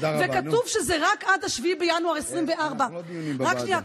וכתוב שזה רק עד 7 בינואר 2024. כל זמן